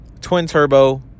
twin-turbo